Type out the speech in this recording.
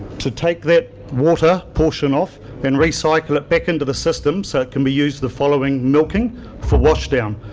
to take that water portion off and recycle it back into the system so it can be used the following milking for washdown.